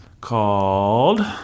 called